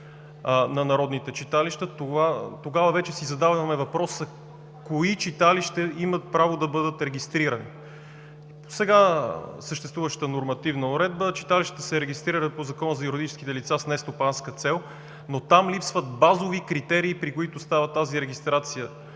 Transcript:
на народните читалища, тогава вече си задаваме въпроса кои читалища имат право да бъдат регистрирани? Със сега съществуващата нормативна уредба читалищата се регистрират по Закона за юридическите лица с нестопанска цел, но там липсват базови критерии, при които става тази регистрация.